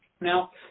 Now